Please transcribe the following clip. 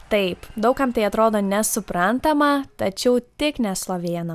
taip daug kam tai atrodo nesuprantama tačiau tik ne slovėnam